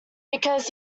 because